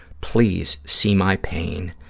please see my pain,